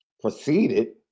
Proceeded